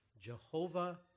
Jehovah